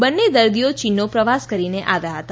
બંને દર્દીઓ ચીનનો પ્રવાસ કરીને આવ્યા હતા